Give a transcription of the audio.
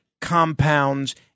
compounds